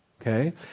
okay